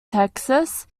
texas